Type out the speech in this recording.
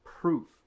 proof